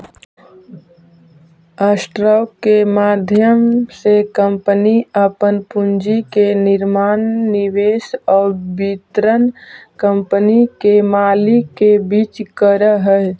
stock के माध्यम से कंपनी अपन पूंजी के निर्माण निवेश आउ वितरण कंपनी के मालिक के बीच करऽ हइ